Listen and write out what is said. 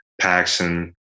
Paxson